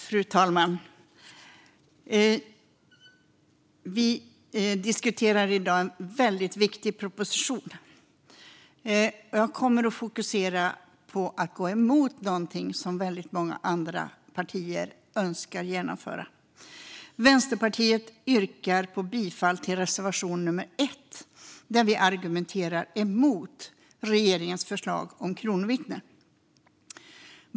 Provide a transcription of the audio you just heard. Fru talman! Vi diskuterar i dag en väldigt viktig proposition. Jag kommer att fokusera på att gå emot någonting som väldigt många andra partier önskar genomföra. Vänsterpartiet yrkar bifall till reservation 1, där vi argumenterar emot regeringens förslag om kronvittnen.